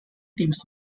teams